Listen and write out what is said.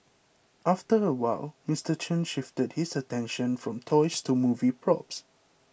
after a while Mister Chen shifted his attention from toys to movie props